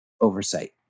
oversight